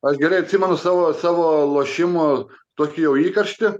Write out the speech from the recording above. aš gerai atsimenu savo savo lošimų tokį jau įkarštį